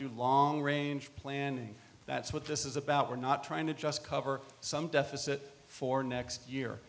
do long range planning that's what this is about we're not trying to just cover some deficit for next year